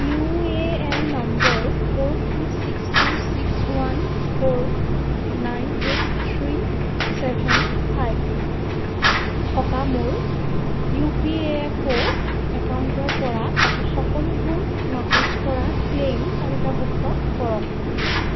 U A N number four three six two six one four nine eight three seven five থকা মোৰ U P F O একাউণ্টৰ পৰা অহা সকলোবোৰ নাকচ কৰা ক্লেইম তালিকাভুক্ত কৰক